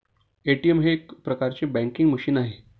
ATM हे एक प्रकारचे बँकिंग मशीन आहे